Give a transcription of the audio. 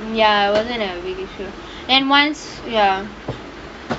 ya I wasn't a err really sure ya